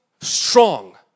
strong